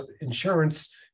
insurance